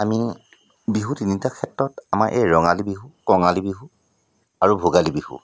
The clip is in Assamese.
আমি বিহু তিনিটা ক্ষেত্ৰত আমাৰ এই ৰঙালী বিহু কঙালী বিহু আৰু ভোগালী বিহু